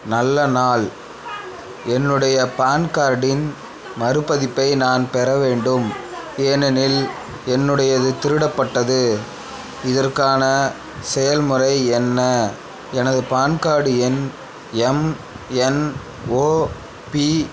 நல்ல நாள் என்னுடைய பான் கார்டின் மறுபதிப்பை நான் பெற வேண்டும் ஏனெனில் என்னுடையது திருடப்பட்டது இதற்கான செயல்முறை என்ன எனது பான் கார்டு எண் எம்என்ஓபி